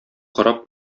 кораб